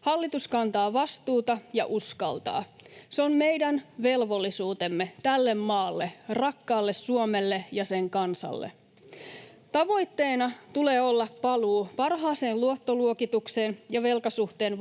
Hallitus kantaa vastuuta ja uskaltaa. Se on meidän velvollisuutemme tälle maalle, rakkaalle Suomelle, ja sen kansalle. [Ben Zyskowicz: Hyvin sanottu!] Tavoitteena tulee olla paluu parhaaseen luottoluokitukseen ja velkasuhteen